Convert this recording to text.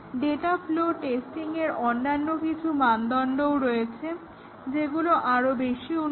data flow টেস্টিংয়ের অন্যান্য কিছু মানদন্ডও রয়েছে যেগুলো আরো বেশি উন্নত